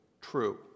true